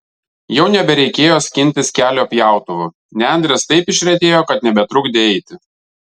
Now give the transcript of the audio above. jau nebereikėjo skintis kelio pjautuvu nendrės taip išretėjo kad nebetrukdė eiti